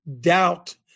doubt